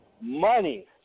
money